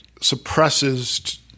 suppresses